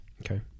Okay